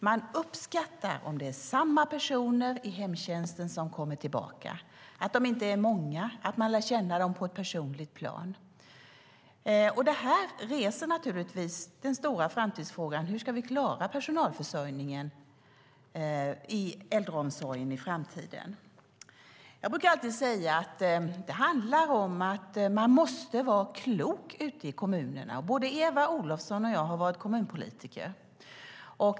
Man uppskattar att det är samma personer från hemtjänsten som kommer tillbaka, att de inte är många och att man lär känna dem på ett personligt plan. Detta väcker naturligtvis den stora framtidsfrågan: Hur ska vi klara personalförsörjningen i äldreomsorgen i framtiden? Jag brukar alltid säga att det handlar om att vara klok ute i kommunerna. Både Eva Olofsson och jag har varit kommunpolitiker.